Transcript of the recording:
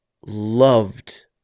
loved